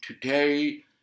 Today